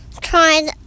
trying